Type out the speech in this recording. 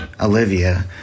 Olivia